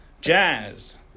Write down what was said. jazz